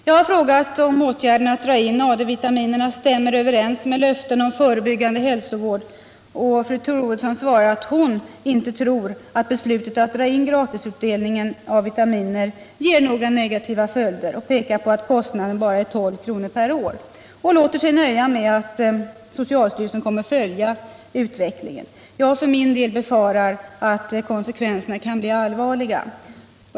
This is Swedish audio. Jag har frågat om åtgärden att dra in AD-vitaminerna stämmer överens med löften om förebyggande hälsovård, och fru Troedsson svarar att hon inte tror att beslutet att dra in gratisutdelningen av vitaminer får några negativa följder och pekar på att kostnaden bara är 12 kr. per år. Hon låter sig nöja med att socialstyrelsen kommer att följa utvecklingen. Jag för min del befarar att konsekvenserna kan bli allvarliga.